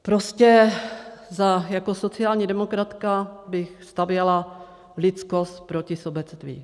Prostě jako sociální demokratka bych stavěla lidskost proti sobectví.